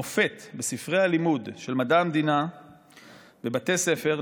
מופת בספרי הלימוד של מדע המדינה בבתי ספר,